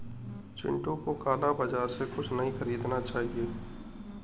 चिंटू को काला बाजार से कुछ नहीं खरीदना चाहिए